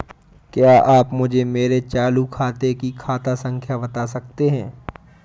क्या आप मुझे मेरे चालू खाते की खाता संख्या बता सकते हैं?